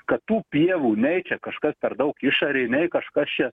kad tų pievų nei čia kažkas per daug išorėj nei kažkas čia